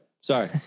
Sorry